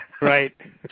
Right